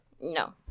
No